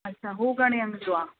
अछा हू घणे एम जो आहे